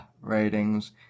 ratings